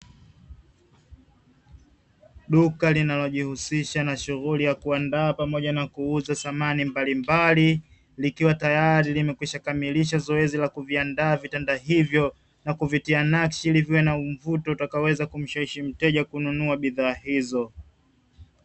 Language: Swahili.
Duka linalojihusisha na shughuli ya kuandaa pamoja na kuuza samani mbalimbali, likiwa tayari limekwisha kamilisha zoezi la kuviandaa vitanda hivyo, na kuvitia nakshi ili viwe na mvuto utakaoweza kumshawishi mteja kununua bidhaa hizo.